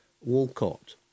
Walcott